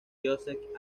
joseph